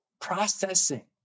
processing